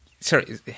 Sorry